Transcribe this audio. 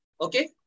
Okay